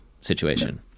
situation